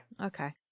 Okay